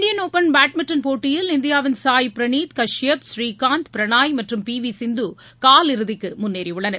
Indian Open badminton போட்டியில் இந்தியாவின் சாய் ப்ரினித் கஷ்யப் ஸ்ரீகாந்த் பிரணாய் மற்றும் பி வி சிந்து காலிறுதிக்கு முன்னேறி உள்ளனர்